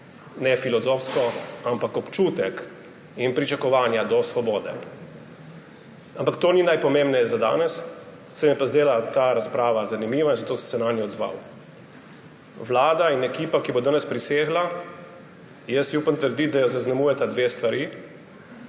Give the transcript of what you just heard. ne filozofsko, ampak občutek in pričakovanja do svobode. To ni najpomembnejše za danes, se mi je pa zdela ta razprava zanimiva in zato sem se nanjo odzval. Vlado in ekipo, ki bo danes prisegla, si upam trditi, zaznamujeta dve stvari.